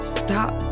stop